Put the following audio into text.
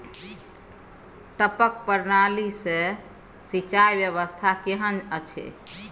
टपक प्रणाली से सिंचाई व्यवस्था केहन अछि?